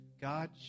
God